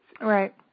Right